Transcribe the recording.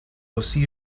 aussi